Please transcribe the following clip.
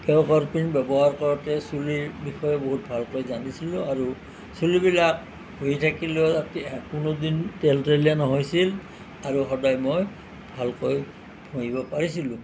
কেও কাৰপিন ব্যৱহাৰ কৰোঁতে চুলিৰ বিষয়ে বহুত ভালকৈয়ে জানিছিলোঁ আৰু চুলিবিলাক ঘঁহি থাকিলেও যাতে কোনো দিন তেলতেলীয়া নহৈছিল আৰু সদায় মই ভালকৈ ঘঁহিব পাৰিছিলোঁ